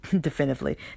definitively